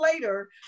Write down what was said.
later